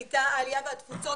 הקליטה והתפוצות,